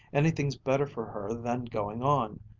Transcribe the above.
anything's better for her than going on.